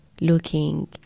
looking